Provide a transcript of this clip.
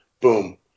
boom